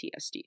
PTSD